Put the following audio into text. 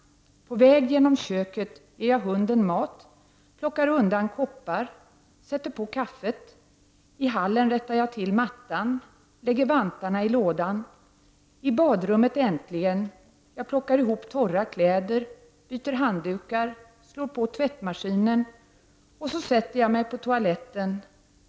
ger jag hunden mat, plockar undan koppar, sätter på kaffet. I hallen rättar jag till mattan, lägger vantarna i lådan. I badrummet äntligen. Jag plockar ihop torra kläder, byter handdukar, slår på tvättmaskinen. Och så sätter jag mig på toaletten.